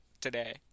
today